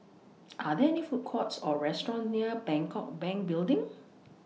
Are There Food Courts Or restaurants near Bangkok Bank Building